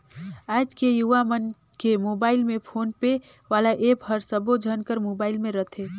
आएज के युवा मन के मुबाइल में फोन पे वाला ऐप हर सबो झन कर मुबाइल में रथे